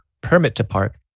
permit-to-park